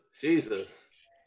Jesus